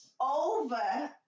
Over